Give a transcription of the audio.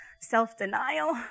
self-denial